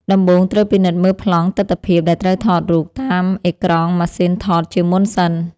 ដំបូងត្រូវពិនិត្យមើលប្លង់ទិដ្ឋភាពដែលត្រូវថតរូបតាមកអេក្រង់ម៉ាស៊ីនថតជាមុនសិន។